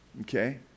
Okay